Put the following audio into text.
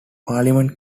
parliament